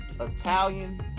Italian